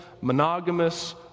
monogamous